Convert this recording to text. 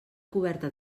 coberta